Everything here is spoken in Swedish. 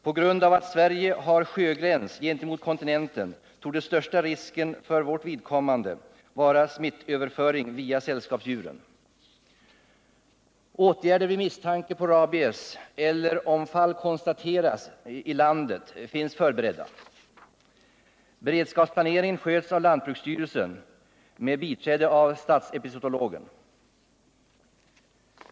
På grund av att Sverige har sjögräns gentemot kontinenten torde den största risken för vårt vidkommande vara smittöverföring via sällskapsdjuren. Åtgärder vid misstanke på rabies eller om fall konstateras i landet finns förberedda. Beredskapsplaneringen sköts av lantbruksstyrelsen med biträde av statsepizootologen.